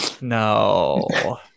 No